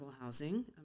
housing